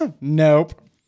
nope